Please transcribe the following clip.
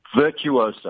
Virtuoso